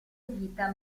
vita